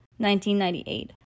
1998